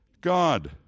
God